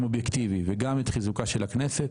אובייקטיבי וגם את חיזוקה של הכנסת,